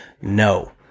No